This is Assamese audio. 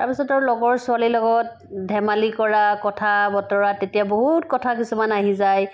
তাৰপিছত আৰু লগৰ ছোৱালীৰ লগত ধেমালি কৰা কথা বতৰা তেতিয়া বহুত কথা কিছুমান আহি যায়